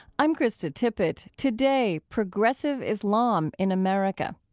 i'm krista tippett. today, progressive islam in america.